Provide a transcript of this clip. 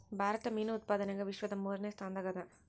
ಭಾರತ ಮೀನು ಉತ್ಪಾದನದಾಗ ವಿಶ್ವದ ಮೂರನೇ ಸ್ಥಾನದಾಗ ಅದ